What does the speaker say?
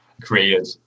created